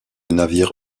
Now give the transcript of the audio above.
navire